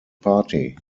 party